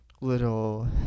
little